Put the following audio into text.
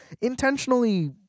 intentionally